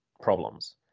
problems